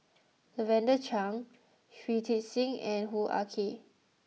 Lavender Chang Shui Tit Sing and Hoo Ah Kay